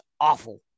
awful